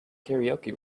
karaoke